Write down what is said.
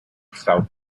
south